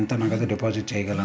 నేను ఎంత నగదు డిపాజిట్ చేయగలను?